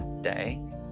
day